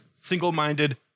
Single-minded